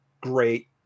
Great